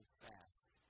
fast